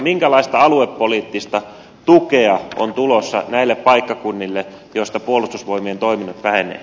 minkälaista aluepoliittista tukea on tulossa näille paikkakunnille joilta puolustusvoimien toiminnat vähenevät